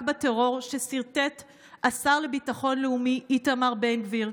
בטרור שסרטט השר לביטחון לאומי איתמר בן גביר,